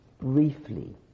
Briefly